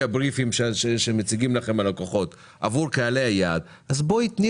הבריפים שמציגים לכם הלקוחות עבור קהלי היעד אז בואי תני